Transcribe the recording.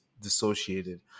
dissociated